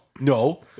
No